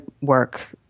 work